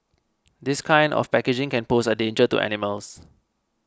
this kind of packaging can pose a danger to animals